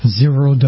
zero